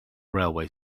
railway